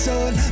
Sun